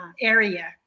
area